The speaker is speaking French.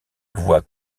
voit